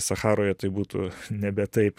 sacharoje tai būtų nebe taip